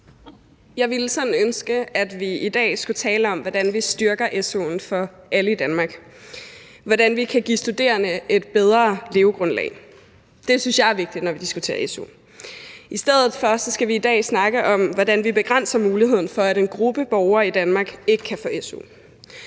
Jeg ville sådan ønske, at vi i dag skulle tale om, hvordan vi styrker su'en for alle i Danmark, hvordan vi kan give studerende et bedre levegrundlag. Det synes jeg er vigtigt, når vi diskuterer su. I stedet for skal vi i dag snakke om, hvordan vi begrænser muligheden for, at en gruppe borgere i Danmark kan få su.